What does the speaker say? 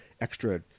extra